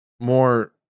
more